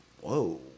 whoa